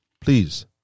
please